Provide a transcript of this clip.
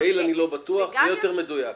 יעיל אני לא בטוח, זה יהיה יותר מדויק.